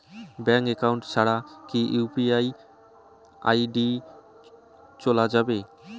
Bank account ছাড়া কি UPI ID চোলা যাবে?